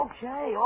Okay